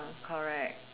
correct